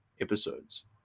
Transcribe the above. episodes